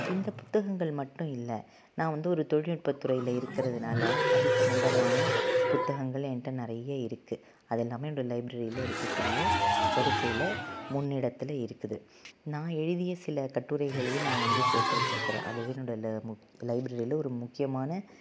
இந்த புத்தகங்கள் மட்டும் இல்லை நான் வந்து ஒரு தொழில்நுட்பத்துறையில் இருக்குறதுனால் அது சம்மந்தமான புத்தகங்கள் என்கிட்ட நிறைய இருக்குது அது எல்லாமே என்னோட லைப்ரரியில் இருக்கக்கூடிய ஒரு சில முன்னிடத்தில் இருக்குது நான் எழுதிய சில கட்டுரைகளையும் நான் வந்து சேர்த்து வச்சிருக்கிறேன் அதுவும் என்னோட லைப்ரரியில் ஒரு முக்கியமான